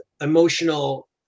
emotional